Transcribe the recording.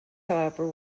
however